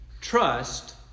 Trust